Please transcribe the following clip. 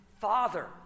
Father